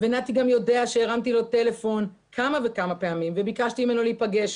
ונתי גם יודע כי הרמתי לו טלפון כמה וכמה פעמים וביקשתי ממנו להיפגש